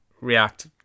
react